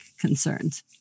concerns